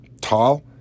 tall